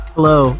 Hello